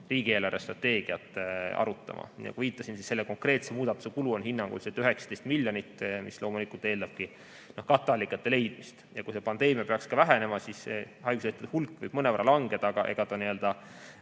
riigi eelarvestrateegiat arutama. Nagu viitasin, selle konkreetse muudatuse kulu on hinnanguliselt 19 miljonit, mis loomulikult eeldabki katteallikate leidmist. Kui pandeemia peaks vähenema, siis haiguslehtede hulk võib mõnevõrra langeda. Aga